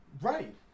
Right